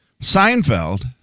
Seinfeld